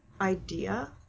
idea